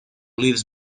lives